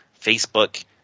Facebook